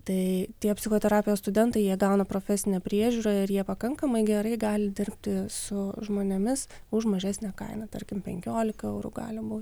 tai tie psichoterapijos studentai jie gauna profesinę priežiūrą ir jie pakankamai gerai gali dirbti su žmonėmis už mažesnę kainą tarkim penkiolika eurų gali būt